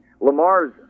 Lamar's